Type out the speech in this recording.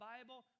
Bible